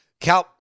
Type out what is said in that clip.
Cal –